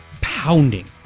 Pounding